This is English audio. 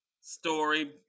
story